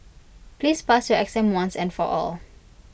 please pass your exam once and for all